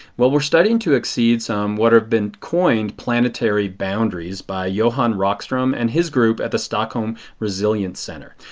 well we are starting to exceed some, what have been coined, planetary boundaries by johan rockstrom and his group at the stockholm resilience center.